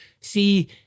See